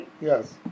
Yes